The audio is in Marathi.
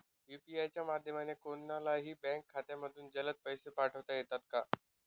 यू.पी.आय च्या माध्यमाने कोणलाही बँक खात्यामधून जलद पैसे पाठवता येतात का?